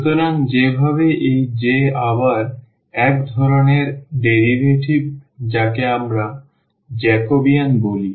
সুতরাং যেভাবে এই J আবার এক ধরণের ডেরিভেটিভ যাকে আমরা জ্যাকোবিয়ান বলি